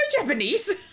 Japanese